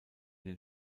den